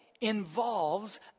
involves